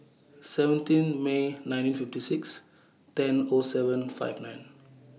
seventeen May nineteen fifty six ten O seven five nine